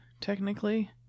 Technically